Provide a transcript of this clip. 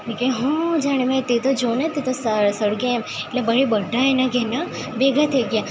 કે હા જાણે મેં તે તો જોને તેની સળગે એમ એટલે પછી બધાં એના ઘરનાં ભેગા થઈ ગયાં